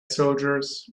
soldiers